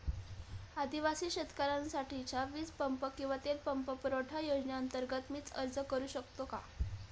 आदिवासी शेतकऱ्यांसाठीच्या वीज पंप किंवा तेल पंप पुरवठा योजनेअंतर्गत मी अर्ज करू शकतो का?